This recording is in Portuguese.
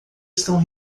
estão